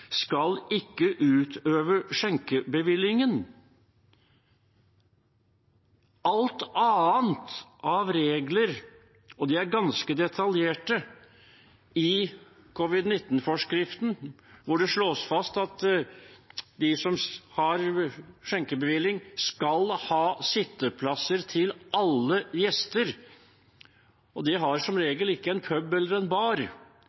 skal ikke utøve skjenkebevillingen.» Alt annet av regler er ganske detaljerte i covid-19-forskriften, hvor det slås fast at de som har skjenkebevilling, skal ha sitteplasser til alle gjester. Det har som regel ikke en pub eller en bar,